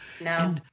No